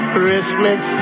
Christmas